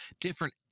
different